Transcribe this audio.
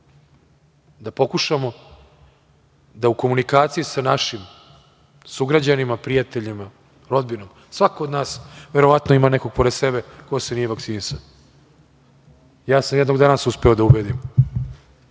da pokušamo da u komunikaciji sa našim sugrađanima, prijateljima, rodbinom, svako od nas verovatno ima nekog pored sebe ko se nije vakcinisao. Ja sam jednog danas uspeo da ubedim